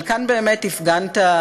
אבל כאן באמת הפגנת,